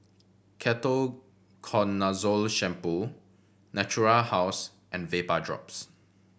Ketoconazole Shampoo Natura House and Vapodrops